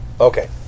Okay